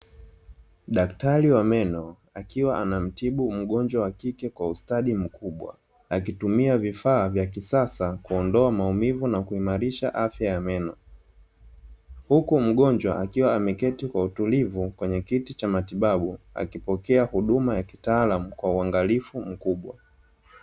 Daktari wa meno akiwa anamtibu mgonjwa wa kike kwa ustadi mkubwa, akitumia vifaa vya kisasa, kuondoa maumivu na kuimarisha afya ya meno. Huku mgonjwa akiwa ameketi kwa utulivu, kwenye kiti cha matibabu, akipokea huduma ya kitaalamu kwa uangalifu mkubwa.